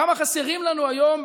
כמה חסרים לנו היום,